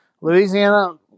Louisiana